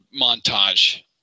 montage